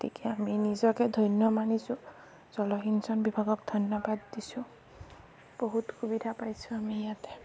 গতিকে আমি নিজকে ধন্য মানিছোঁ জলসিঞ্চন বিভাগক ধন্যবাদ দিছোঁ বহুত সুবিধা পাইছোঁ আমি ইয়াতে